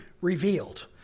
revealed